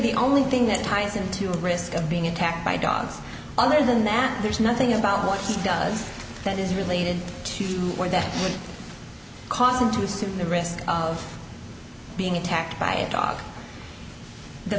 the only thing that ties into the risk of being attacked by dogs other than that there's nothing about what he does that is related to one that caused him to assume the risk of being attacked by a dog the